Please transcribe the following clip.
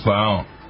Wow